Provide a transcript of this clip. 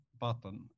button